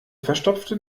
verstopfte